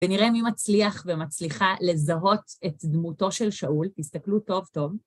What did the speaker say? ונראה מי מצליח ומצליחה לזהות את דמותו של שאול, תסתכלו טוב טוב.